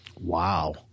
wow